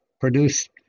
produced